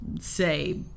say